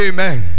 Amen